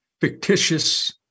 fictitious